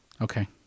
Okay